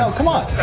ah come on.